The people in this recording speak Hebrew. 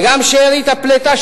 וגם שארית הפליטה,